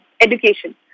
education